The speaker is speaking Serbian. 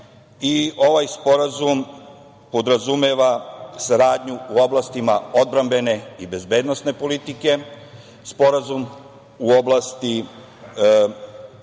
Ovaj sporazum podrazumeva saradnju u oblastima odbrambene i bezbednosne politike, sporazum u oblasti